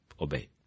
obey